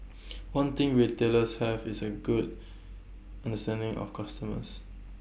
one thing retailers have is A good understanding of customers